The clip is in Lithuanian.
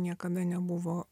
niekada nebuvo